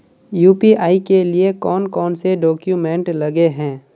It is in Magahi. यु.पी.आई के लिए कौन कौन से डॉक्यूमेंट लगे है?